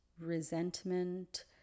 resentment